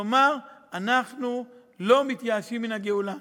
לומר: אנחנו לא מתייאשים מן הגאולה.